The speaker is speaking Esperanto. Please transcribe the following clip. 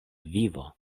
vivo